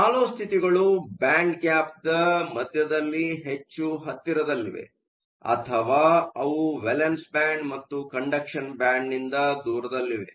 ಆದ್ದರಿಂದ ಶಾಲ್ಲೋ ಸ್ಥಿತಿಗಳು ಬ್ಯಾಂಡ್ ಗ್ಯಾಪ್ದ ಮಧ್ಯದಲ್ಲಿ ಹೆಚ್ಚು ಹತ್ತಿರದಲ್ಲಿವೆ ಅಥವಾ ಅವು ವೇಲೆನ್ಸ್ ಬ್ಯಾಂಡ್ ಮತ್ತು ಕಂಡಕ್ಷನ್ ಬ್ಯಾಂಡ್ನಿಂದ ದೂರದಲ್ಲಿವೆ